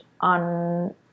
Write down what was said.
on